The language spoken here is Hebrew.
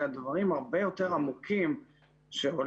אלא דברים הרבה יותר עמוקים שעולים